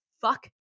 fuck